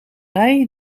wij